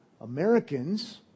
Americans